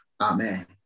Amen